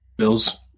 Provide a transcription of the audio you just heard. Bills